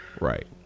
Right